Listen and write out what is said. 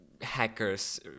hackers